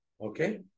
Okay